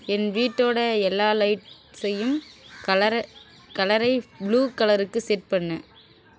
என் வீட்டோட எல்லா லைட்ஸையும் கலரை கலரை புளூ கலருக்கு செட் பண்ணு